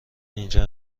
اینجا